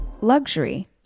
Luxury